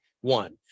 one